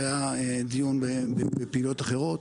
והיה דיון בפעילויות אחרות,